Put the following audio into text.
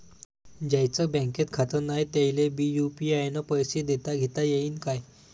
ज्याईचं बँकेत खातं नाय त्याईले बी यू.पी.आय न पैसे देताघेता येईन काय?